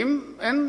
האם אין,